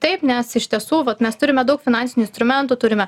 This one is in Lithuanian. taip nes iš tiesų vat mes turime daug finansinių instrumentų turime